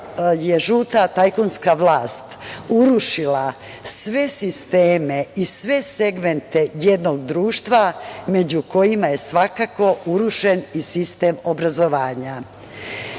je žuta tajkunska vlast, urušila sve sisteme i sve segmente jednog društva, među kojima je svakako urušen i sistem obrazovanja. Jedan